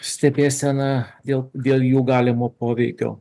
stebėsena dėl dėl jų galimo poveikio